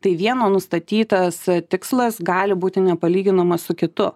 tai vieno nustatytas a tikslas gali būti nepalyginamas su kitu